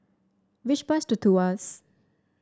which bus to Tuas